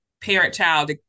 parent-child